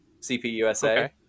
CPUSA